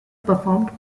performed